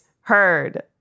heard